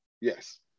Yes